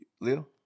Leo